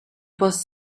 was